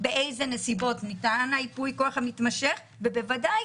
באיזה נסיבות ניתן ייפוי הכוח המתמשך, ובוודאי,